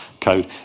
code